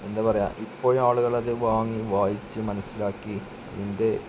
എന്താണ് പറയുക ഇപ്പോഴും ആളുകൾ അത് വാങ്ങി വായിച്ച് മനസ്സിലാക്കി അതിൻ്റെ